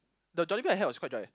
the Jollibee I had was quite dry